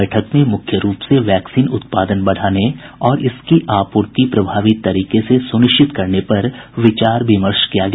बैठक में मुख्य रूप से वैक्सीन उत्पादन बढ़ाने और इसकी आपूर्ति प्रभावी तरीके से सुनिश्चित करने पर विचार विमर्श किया गया